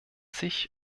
sich